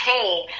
pain